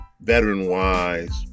veteran-wise